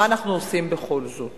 מה אנחנו עושים בכל זאת?